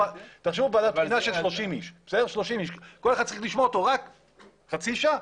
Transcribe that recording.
תחשבו על ועדת בחינה עם 30 אנשים כשצריך לשמוע כל אחד חצי שעה.